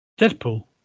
Deadpool